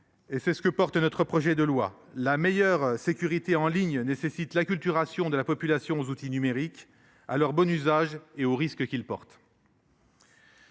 démocratie que porte ce projet de loi. La meilleure sécurité en ligne nécessite l’acculturation de la population aux outils numériques, à leur bon usage et aux risques qu’ils portent.